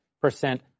percent